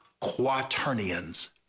quaternions